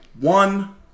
one